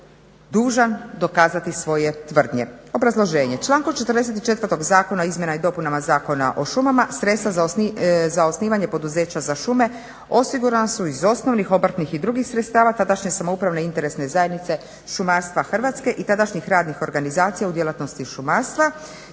dužan dokazati svoje tvrdnje. Obrazloženje – člankom 44. Zakona o izmjenama i dopunama Zakona o šumama sredstva za osnivanje poduzeća za šume osigurana su iz osnovnih obrtnih i drugih sredstava tadašnje samoupravne interesne zajednice šumarstva Hrvatske i tadašnjih radnih organizacija u djelatnosti šumarstva